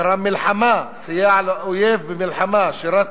גרם מלחמה, סייע לאויב במלחמה, שירת